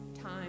time